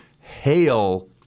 hail